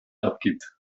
abgibt